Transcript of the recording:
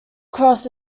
cross